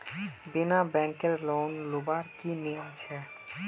बिना बैंकेर लोन लुबार की नियम छे?